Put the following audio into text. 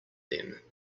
them